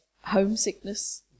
homesickness